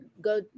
go